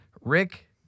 Rick